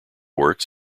works